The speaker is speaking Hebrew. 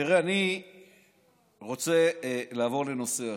תראה, אני רוצה לעבור לנושא אחר.